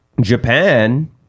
Japan